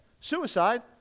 suicide